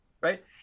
Right